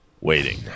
waiting